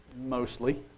mostly